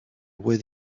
were